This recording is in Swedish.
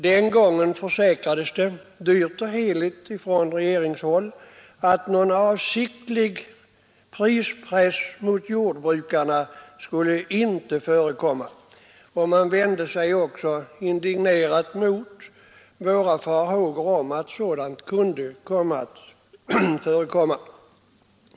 Den gången försäkrades det heligt och dyrt från regeringshåll att någon avsiktlig prispress mot jordbrukarna inte skulle förekomma. Man vände sig då också indignerat mot våra farhågor om att sådant skulle kunna förekomma.